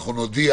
ואנחנו נודיע